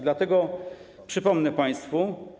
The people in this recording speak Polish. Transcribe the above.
Dlatego przypomnę państwu.